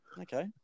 Okay